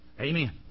amen